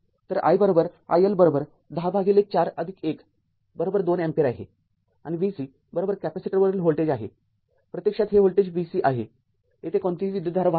तर i i L १० भागिले ४१२ ampere आहे आणि v C कॅपेसिटरवरील व्होल्टेज आहे प्रत्यक्षात हे व्होल्टेज v C आहे येथे कोणतीही विद्युतधारा वाहत नाही